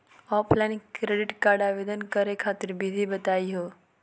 Offline credit card आवेदन करे खातिर विधि बताही हो?